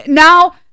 Now